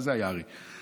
מה זה היה, הרי?